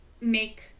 make